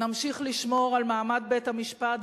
נמשיך לשמור על מעמד בית-המשפט,